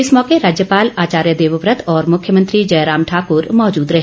इस मौके राज्यपाल आचार्य देवव्रत और मुख्यमंत्री जयराम ठाक्र मौजूद रहे